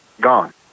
gone